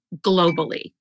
globally